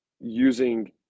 using